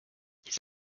his